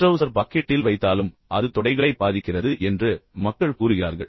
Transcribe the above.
trouser பாக்கெட்டில் வைத்தாலும் அது தொடைகளை பாதிக்கிறது என்று மக்கள் கூறுகிறார்கள்